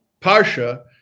parsha